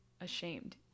ashamed